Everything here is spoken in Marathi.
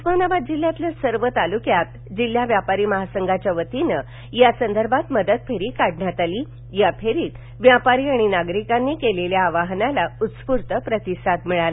उस्मानाबाद जिल्ह्यातवि सर्व तालुक्यात जिल्हा व्यापार महासंघाच्या वतत्रि या संदर्भात मदत फेर काढण्यात आल या फेरति व्यापार आणि नागरिकांना केलेल्या आवाहनाला उत्स्फूर्त प्रतिसाद मिळाला